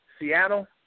Seattle